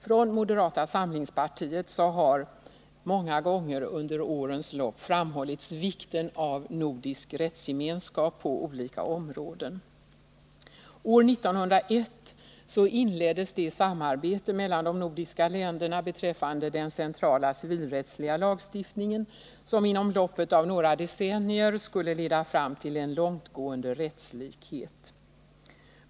Från moderata samlingspartiet har många gånger under årens lopp framhållits vikten av nordisk rättsgemenskap på olika områden. År 1901 inleddes det samarbete mellan de nordiska länderna beträffande den centrala civilrättsliga lagstiftningen som inom loppet av några decennier skulle leda fram till en långtgående rättslikhet.